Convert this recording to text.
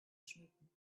schmücken